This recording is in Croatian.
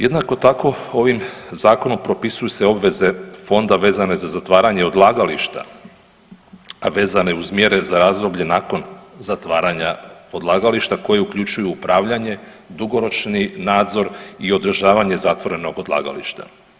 Jednako tako ovim zakonom propisuju se obveze fonda vezane za zatvaranje odlagališta vezane uz mjere za razdoblje nakon zatvaranja odlagališta koje uključuju upravljanje, dugoročni nadzor i održavanje zatvorenog odlagališta.